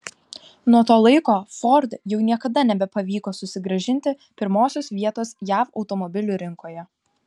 nuo to laiko ford jau niekada nebepavyko susigrąžinti pirmosios vietos jav automobilių rinkoje